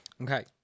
Okay